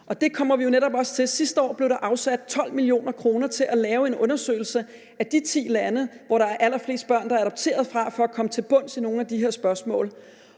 det kommer vi jo netop også til. Sidste år blev der afsat 12 mio. kr. til at lave en undersøgelse af de ti lande, hvorfra der er allerflest børn der er adopteret, for at komme til bunds i nogle af de her spørgsmål.